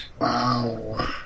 Wow